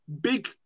big